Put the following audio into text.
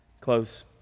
Close